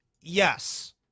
Yes